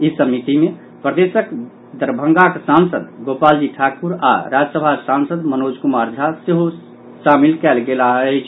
ई समिति मे प्रदेशक दरभंगाक सांसद गोपालजी ठाकुर आओर राज्यसभा सांसद मनोज कुमार झा सेहो शामिल कयल गेलाह अछि